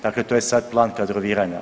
Dakle, to je sad plan kadroviranja.